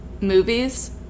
movies